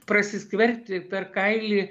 prasiskverbti per kailį